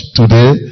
today